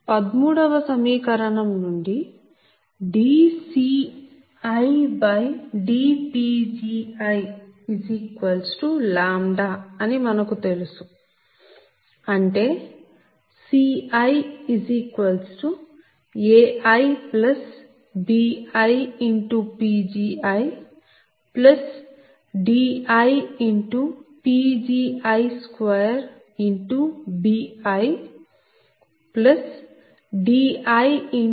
13 వ సమీకరణం నుండి dCidPgi అని మనకు తెలుసు అంటే CiaibiPgidiPgi2